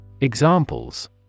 Examples